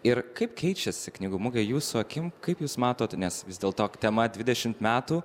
ir kaip keičiasi knygų mugė jūsų akim kaip jūs matot nes vis dėl to tema dvidešimt metų